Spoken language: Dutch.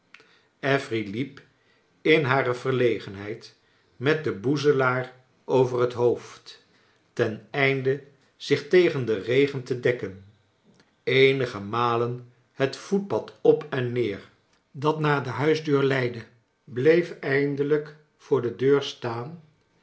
affery liep in hare verlegenheid met den boezelaar over het hoofd ten einde zich tegen den regen te dekken eenige malen het voetpad op en neer dat naar de huisdeur leidde bleef eindelijk voor de deur staan